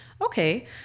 Okay